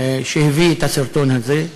שהביא את הסרטון הזה,